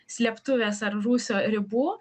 slėptuvės ar rūsio ribų